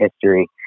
history